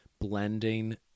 blending